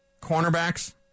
cornerbacks